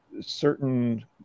certain